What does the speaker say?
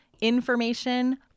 information